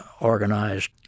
organized